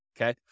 okay